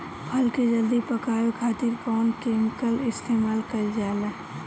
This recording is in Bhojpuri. फल के जल्दी पकावे खातिर कौन केमिकल इस्तेमाल कईल जाला?